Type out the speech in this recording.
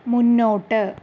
മുന്നോട്ട്